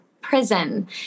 prison